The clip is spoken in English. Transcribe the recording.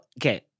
Okay